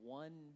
one